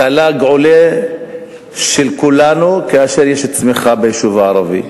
התל"ג של כולנו עולה כאשר יש צמיחה ביישוב הערבי.